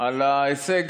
על ההישג,